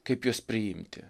kaip juos priimti